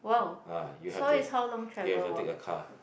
ah you have to you have to take a car